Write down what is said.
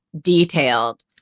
detailed